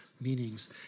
meanings